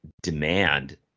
demand